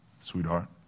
sweetheart